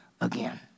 again